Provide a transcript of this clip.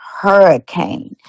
Hurricane